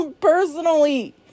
Personally